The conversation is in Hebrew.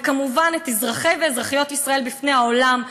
וכמובן את אזרחי ואזרחיות ישראל בפני העולם,